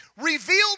revealed